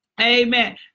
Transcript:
Amen